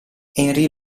henri